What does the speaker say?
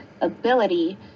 ability